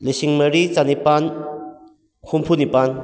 ꯂꯤꯁꯤꯡ ꯃꯔꯤ ꯆꯅꯤꯄꯥꯟ ꯍꯨꯝꯐꯨ ꯅꯤꯄꯥꯟ